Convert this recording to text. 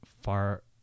far